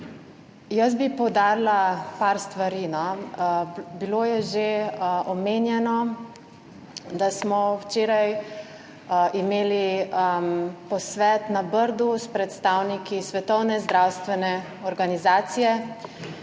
Jaz bi poudarila par stvari. Bilo je že omenjeno, da smo imeli včeraj posvet na Brdu s predstavniki Svetovne zdravstvene organizacije,